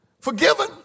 forgiven